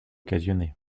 occasionner